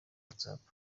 whatsapp